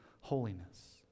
holiness